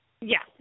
Yes